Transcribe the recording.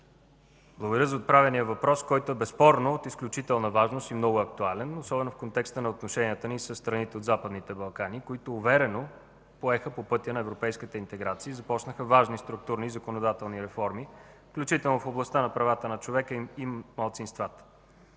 Благодаря за отправения въпрос, който безспорно е от изключителна важност и много актуален, особено в контекста на отношенията ни със страните от Западните Балкани, които уверено поеха по пътя на европейската интеграция и започнаха важни структурни и законодателни реформи, включително в областта на правата на човека и малцинствата.